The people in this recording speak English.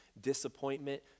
disappointment